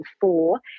four